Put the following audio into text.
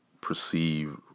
perceive